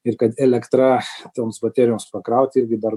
ir kad elektra toms baterijos pakrauti irgi dar